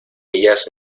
ellas